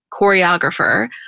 choreographer